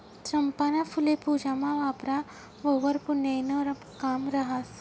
चंपाना फुल्ये पूजामा वापरावंवर पुन्याईनं काम रहास